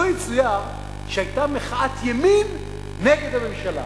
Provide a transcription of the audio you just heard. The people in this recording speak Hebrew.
לו יצויר שהיתה מחאת ימין נגד הממשלה,